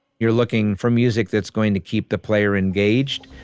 you're looking for music that's going to keep the player engaged,